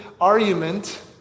argument